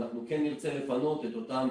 אנחנו כן נרצה לפנות את אותם